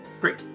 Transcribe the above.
great